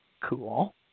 Cool